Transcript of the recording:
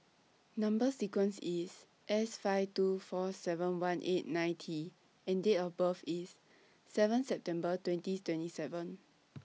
Number sequence IS S five two four seven one eight nine T and Date of birth IS seven September twenties twenty seven